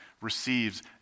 receives